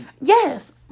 Yes